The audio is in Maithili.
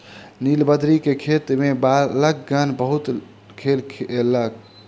नीलबदरी के खेत में बालकगण बहुत खेल केलक